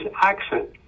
accent